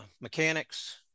mechanics